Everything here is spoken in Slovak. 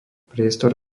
priestor